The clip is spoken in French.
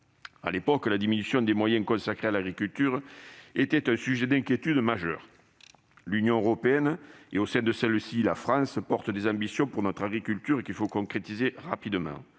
À l'époque, la diminution des moyens consacrés à l'agriculture était un sujet majeur d'inquiétude. L'Union européenne et, au sein de celle-ci, la France portent des ambitions pour notre agriculture qu'il faut concrétiser rapidement.